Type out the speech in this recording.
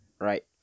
right